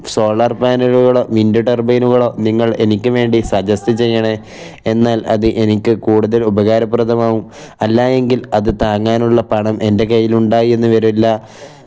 solar പാനലുകളോ wind ടർബൈനുകളോ നിങ്ങൾ എനിക്ക് വേണ്ടി സജസ്റ്റ് ചെയ്യണേ എന്നാൽ അത് എനിക്ക് കൂടുതൽ ഉപകാരപ്രദമാവും അല്ലായെങ്കിൽ അത് താങ്ങാനുള്ള പണം എൻ്റെ കയ്യിൽ ഉണ്ടായി എന്ന് വരില്ല